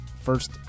first